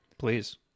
Please